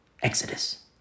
Exodus